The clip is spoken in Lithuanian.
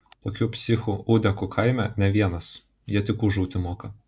tokių psichų ūdekų kaime ne vienas jie tik ūžauti moka